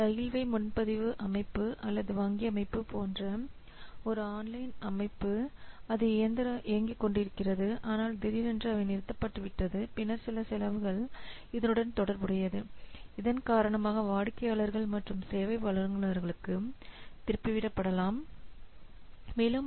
railway முன்பதிவு அமைப்பு அல்லது வங்கி அமைப்பு போன்ற ஒரு ஆன்லைன் அமைப்பு அது இயங்கிக் கொண்டிருந்தது ஆனால் திடீரென்று அவை நிறுத்தப்பட்டுவிட்டது பின்னர் சில செலவுகள் இதனுடன் தொடர்புடையது இதன் காரணமாக வாடிக்கையாளர்கள் மற்ற சேவை வழங்குநர்களுக்கு திருப்பிவிடப்படலாம் மேலும்